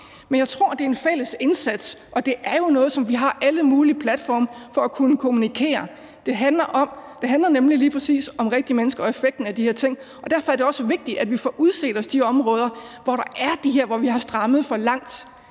Men jeg tror, det er en fælles indsats, og det er jo noget, hvor vi har alle mulige platforme til at kunne kommunikere det på. Det handler nemlig lige præcis om rigtige mennesker og effekten af de her ting, og derfor er det også vigtigt, at vi får udset os de områder, hvor vi har strammet for meget.